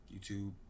YouTube